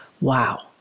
Wow